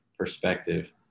perspective